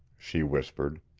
she whispered,